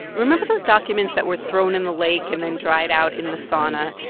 remember those documents that were thrown in the lake and then dried out in the sauna?